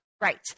right